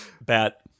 Bat